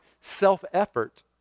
self-effort